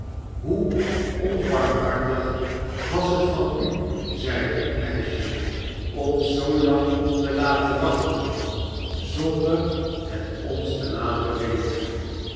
hoe barnaby rudge onbarmhartig was het van u zeide het meisje ons zoolang te later wachten zonder het ons te laten weten